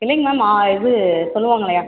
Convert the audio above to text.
இல்லைங்க மேம் இது சொல்லுவாங்க இல்லையா